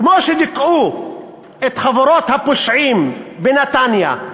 כמו שדיכאו את חבורות הפושעים בנתניה,